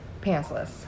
pantsless